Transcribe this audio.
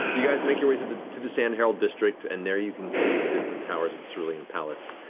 you guys make your way to the to the sand herald district and there you can see the distant towers of the cerulean place.